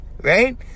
right